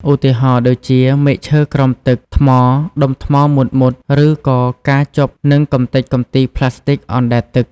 ឧទាហរណ៍ដូចជា មែកឈើក្រោមទឹក ថ្ម ដុំថ្មមុតៗ ឬក៏ការជាប់នឹងកំទេចកំទីប្លាស្ទិកអណ្តែតទឹក។